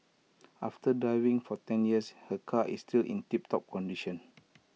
after driving for ten years her car is still in tiptop condition